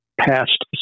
past